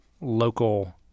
local